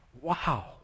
Wow